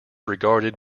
regarded